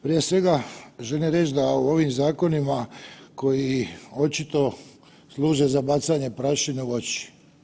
Prije svega želim reći da u ovim zakonima koji očito služe za bacanje prašine u oči.